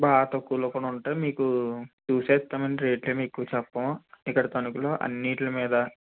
బాగా తక్కువలో కూడా ఉంటాయి మీకు చూసే ఇస్తాము అండి రేట్లేం ఎక్కువ చెప్పము ఇక్కడ తణుకులో అన్నింటి మీద